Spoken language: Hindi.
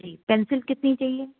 जी पेंसिल कितनी चाहिए